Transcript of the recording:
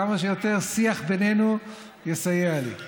כמה שיותר שיח בינינו יסייע לי.